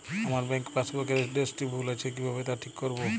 আমার bank passbook এর এড্রেসটি ভুল আছে কিভাবে তা ঠিক করবো?